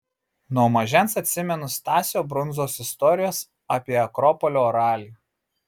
nuo mažens atsimenu stasio brundzos istorijas apie akropolio ralį